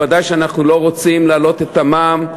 ודאי שאנחנו לא רוצים להעלות את המע"מ,